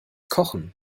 kochen